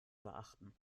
beachten